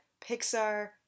Pixar